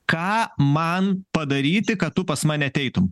ką man padaryti kad tu pas mane ateitum